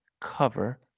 cover